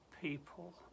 people